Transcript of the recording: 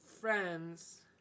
friends